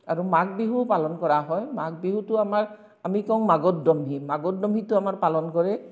আৰু মাঘ বিহুও পালন কৰা হয় মাঘ বিহুটোও আমাৰ আমি কওঁ মাঘৰ দমহি মাঘৰ দমহিটো আমাৰ পালন কৰে